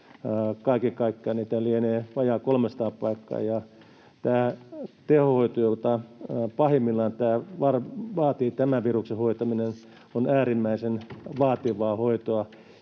kaiken kaikkiaan niitä lienee vajaa 300 paikkaa. Tämä tehohoito, jota pahimmillaan tämän viruksen hoitaminen vaatii, on äärimmäisen vaativaa hoitoa,